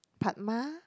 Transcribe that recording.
padma